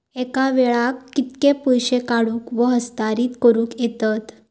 एका वेळाक कित्के पैसे काढूक व हस्तांतरित करूक येतत?